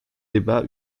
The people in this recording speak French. débat